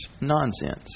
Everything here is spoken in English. Nonsense